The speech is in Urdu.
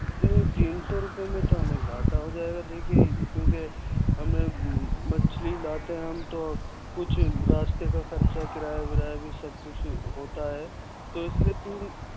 جی تین سو روپئے میں تو ہمیں گھاٹا ہوجائے گا دیکھیے کیونکہ ہمیں مچھلی لاتے ہیں ہم تو کچھ راستے کا خرچہ کرایہ ورایہ بھی سب کچھ ہوتا ہے تو اس لیے تین